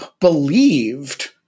believed